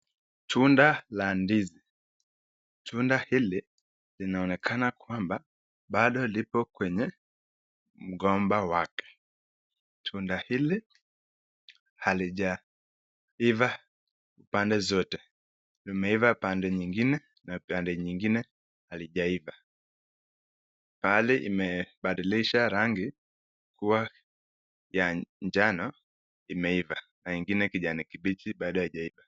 Tunda la ndizi tunda hili linaoneka kwamba bado liko kwenye mgomba wake. Tunda hili halijaiva pande zote limeiva pande nyingine na pande nyingine halijaiva. pahali limebadilisha rangi kuwa ya njano imeiva na ingine kijani kibichi bado haijaiva.